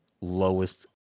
lowest